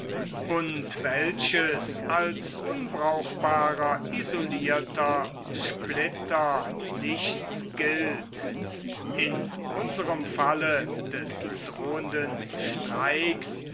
und welches als unbrauchbarer isolierter splitter nichts gilt in unserem falle des drohenden streiks